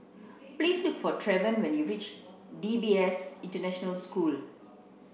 please look for Trevion when you reach D B S International School